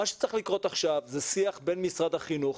מה שצריך לקרות עכשיו זה שיח בין משרד החינוך